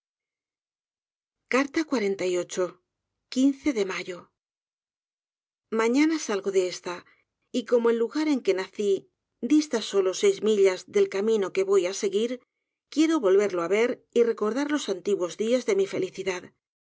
carta de mayo mañana salgo de esta y como el lugar en que naci dista solo seis millas del camino qne voy á seguir quiero volverlo á ver y recordar los antiguos dias de mi felicidad